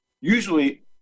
Usually